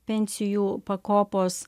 pensijų pakopos